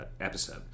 episode